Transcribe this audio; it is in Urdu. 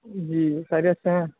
جی خیریت سے ہیں